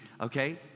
okay